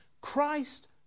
Christ